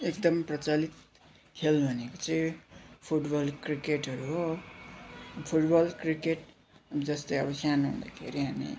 एकदम प्रचलित खेल भनेको चाहिँ फुटबल क्रिकेटहरू हो फुटबल क्रिकेट जस्तै अब सानो हुँदाखेरि हामी